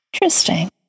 Interesting